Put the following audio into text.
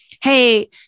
Hey